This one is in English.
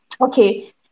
Okay